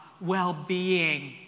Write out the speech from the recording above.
well-being